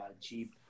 cheap